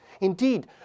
Indeed